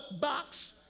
box